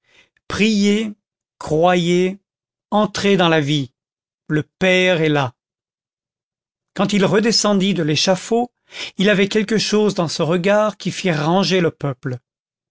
priez croyez entrez dans la vie le père est là quand il redescendit de l'échafaud il avait quelque chose dans son regard qui fit ranger le peuple